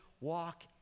walk